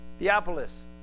Theopolis